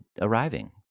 arriving